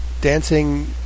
Dancing